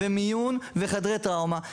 ומיון וחדרי טראומה.